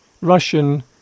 Russian